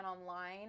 online